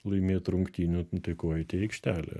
laimėt rungtynių tai ko eit į aikštelę